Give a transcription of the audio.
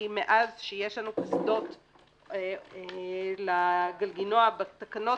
כי מאז שיש לנו קסדות לגלגינוע בתקנות,